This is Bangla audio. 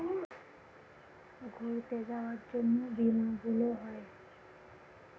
ঘুরতে যাবার জন্য বীমা গুলো হয়